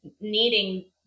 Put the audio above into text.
needing